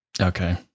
Okay